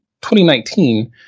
2019